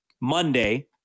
Monday